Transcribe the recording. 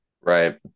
Right